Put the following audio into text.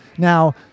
Now